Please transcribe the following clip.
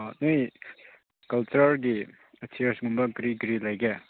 ꯑꯥ ꯅꯣꯏ ꯀꯜꯆꯔꯒꯤ ꯑꯦꯇꯤꯌꯔ ꯀꯨꯝꯕ ꯀꯔꯤ ꯀꯔꯤ ꯂꯩꯒꯦ